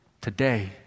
today